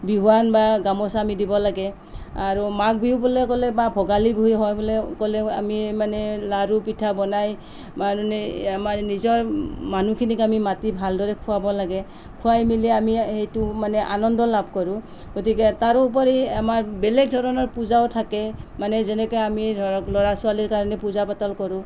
বিহুৱান বা গামোছা আমি দিব লাগে আৰু মাঘ বিহু বুলি ক'লে বা ভোগালী হোৱা বুলি ক'লেও আমি মানে লাৰু পিঠা বনাই আমাৰ নিজৰ মানুহখিনিক আমি মাতি ভাল দৰে খোৱাব লাগে খোৱাই মেলি আমি সেইটো আনন্দ লাভ কৰোঁ গতিকে তাৰোপৰি আমাৰ বেলেগ ধৰণৰ পূজাও থাকে মানে যেনেকৈ আমি ধৰক ল'ৰা ছোৱালীৰ কাৰণে পূজা পাতল কৰোঁ